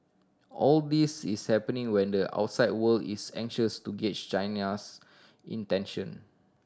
all this is happening when the outside world is anxious to gauge China's intention